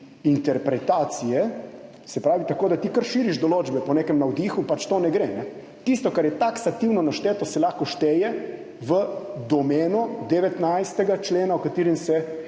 interpretacije, se pravi tako, da ti kar širiš določbe po nekem navdihu, to pač ne gre. Tisto, kar je taksativno našteto, se lahko šteje v domeno 19. člena, ki se